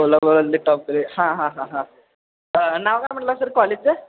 बोला बोलाली टॉप हां हां हां हां नाव काय म्हटलं सर कॉलेजचं